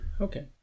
Okay